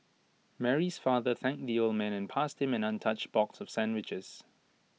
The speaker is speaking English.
Mary's father thanked the old man and passed him an untouched box of sandwiches